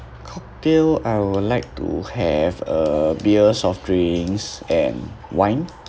cocktail I would like to have uh beer soft drinks and wine